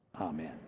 amen